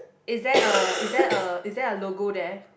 is there a is there a is there a logo there